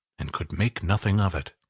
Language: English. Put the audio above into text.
and could make nothing of it.